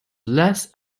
less